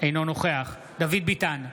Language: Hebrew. אינו נוכח דוד ביטן,